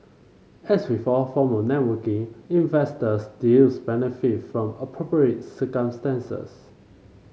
as with all form of networking investors deals benefit from appropriate circumstances